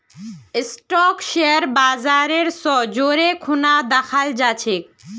stock share बाजर स जोरे खूना दखाल जा छेक